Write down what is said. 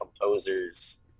composers